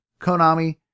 Konami